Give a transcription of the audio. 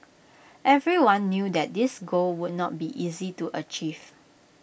everyone knew that this goal would not be easy to achieve